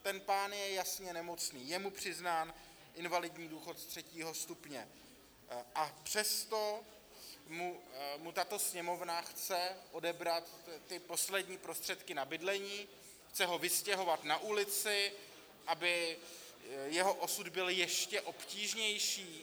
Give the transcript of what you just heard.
Ten pán je jasně nemocný, je mu přiznán invalidní důchod třetího stupně, a přesto mu tato Sněmovna chce odebrat ty poslední prostředky na bydlení, chce ho vystěhovat na ulici, aby jeho osud byl ještě obtížnější?